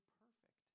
perfect